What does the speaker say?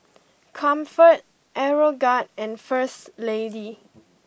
Comfort Aeroguard and First Lady